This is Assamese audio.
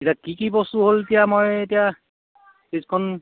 এতিয়া কি কি বস্তু হ'ল এতিয়া মই এতিয়া লিষ্টখন